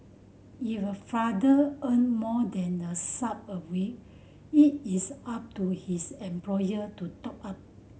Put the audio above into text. if a father earn more than the sum a week it is up to his employer to top up